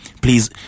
Please